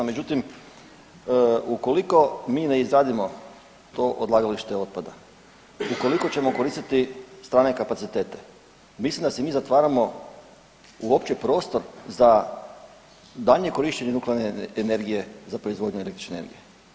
Međutim, ukoliko mi ne izradimo to odlagalište otpada, ukoliko ćemo koristiti strane kapacitete mislim da si mi zatvaramo uopće prostor za daljnje korištenje nuklearne energije za proizvodnju električne energije.